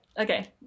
okay